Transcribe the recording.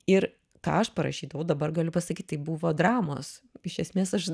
ir ką aš parašydavau dabar galiu pasakyt tai buvo dramos iš esmės aš